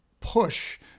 push